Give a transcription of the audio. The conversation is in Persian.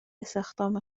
استخدام